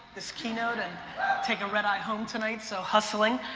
this keynote, and take a red-eye home tonight, so hustling.